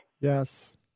yes